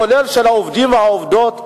במספר הכולל של העובדים והעובדות ב-2009,